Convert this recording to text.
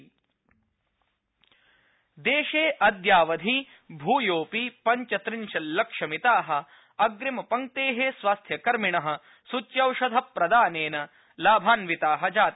Covid update देशे अद्यावधि भूयोऽपि पंचत्रिंशत्लक्षमिता अग्रिम पंक्ते स्वास्थ्यकर्मिण सूच्यौषधप्रदानेन लाभान्विता जाता